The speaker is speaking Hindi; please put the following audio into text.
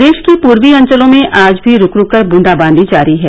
प्रदेश के पूर्वी अंचलों में आज भी रूक रूक कर बूंदाबांदी जारी है